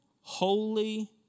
holy